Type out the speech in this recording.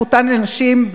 בזכותן של נשים,